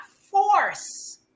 force